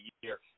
year